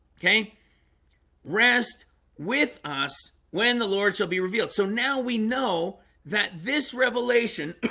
okay rest with us when the lord shall be revealed. so now we know that this revelation